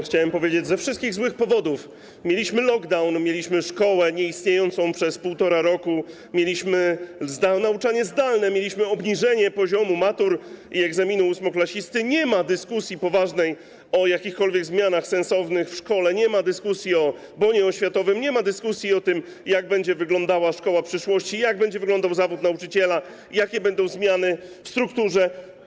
Chciałem powiedzieć, że ze wszystkich złych powodów - mieliśmy lockdown, mieliśmy szkołę nieistniejącą przez 1,5 roku, mieliśmy nauczanie zdalne, mieliśmy obniżenie poziomu matur i egzaminu ósmoklasisty - nie ma poważnej dyskusji o jakichkolwiek sensownych zmianach w szkole, nie ma dyskusji o bonie oświatowym, nie ma dyskusji o tym, jak będzie wyglądała szkoła przyszłości, jak będzie wyglądał zawód nauczyciela, jakie będą zmiany w strukturze.